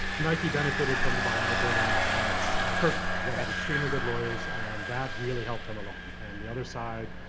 nike benefited from the bionic women at at kirkland. they had extremely good lawyers and that really helped them a lot, and the other side,